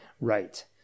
Right